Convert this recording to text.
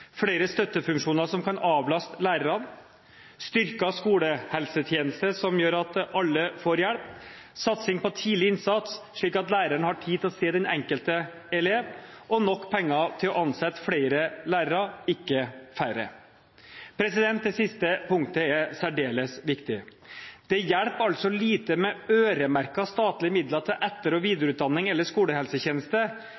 flere støttefunksjoner som kan avlaste læreren, styrket skolehelsetjeneste som gjør at alle får hjelp, satsing på tidlig innsats, slik at læreren har tid til å se den enkelte elev og nok penger til å ansette flere lærere, ikke færre. Det siste punktet er særdeles viktig. Det hjelper altså lite med øremerkede statlige midler til etter- og